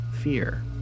fear